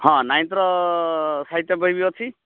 ହଁ ନାଇନ୍ଥ୍ର ସାହିତ୍ୟ ବହି ବି ଅଛି